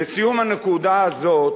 לסיום הנקודה הזאת